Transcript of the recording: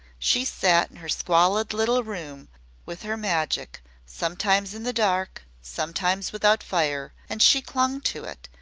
she sat in her squalid little room with her magic sometimes in the dark sometimes without fire, and she clung to it,